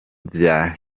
vya